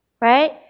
right